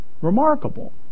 Remarkable